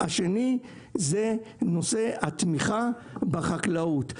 השנייה זה נושא התמיכה בחקלאות.